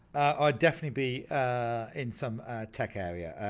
ah definitely be in some tech area.